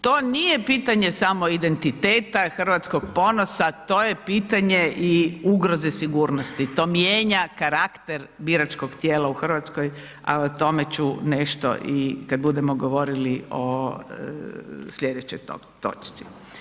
To nije pitanje samo identiteta hrvatskog ponosa to je pitanje i ugroze sigurnosti, to mijenja karakter biračkog tijela u Hrvatskoj, a o tome ću nešto i kad budemo govorili o slijedećoj točci.